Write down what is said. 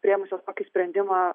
priėmusios tokį sprendimą